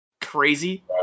crazy